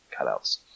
cutouts